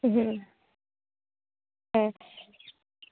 হুম হ্যাঁ